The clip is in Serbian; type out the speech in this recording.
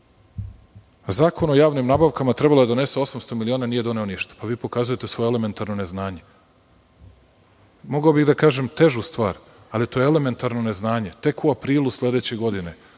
Zakon o javnim nabavkama trebalo je da donese 800 miliona, a nije doneo ništa. Vi pokazujete svoje elementarno neznanje. Mogao bih da kažem težu stvar, ali to je elementarno neznanje. Tek u aprilu sledeće godine,